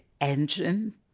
Engine